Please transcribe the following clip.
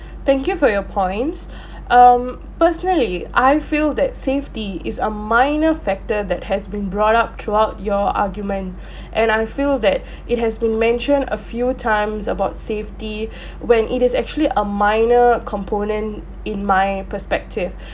thank you for your points um personally I feel that safety is a minor factor that has been brought up throughout your argument and I feel that it has been mentioned a few times about safety when it is actually a minor component in my perspective